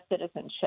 citizenship